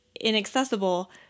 inaccessible